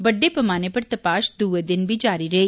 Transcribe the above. बड्डे पैमाने पर तपाश दुए दिन बी जारी रेई